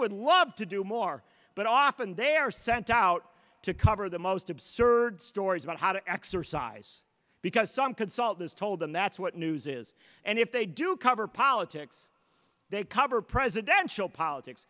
would love to do more but often they are sent out to cover the most absurd stories about how to exercise because some consultants told them that's what news is and if they do cover politics they cover presidential politics